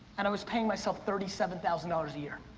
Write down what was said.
and i was paying myself thirty seven thousand dollars a year.